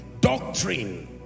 doctrine